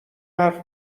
حرف